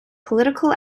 political